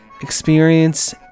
experience